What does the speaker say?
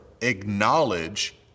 acknowledge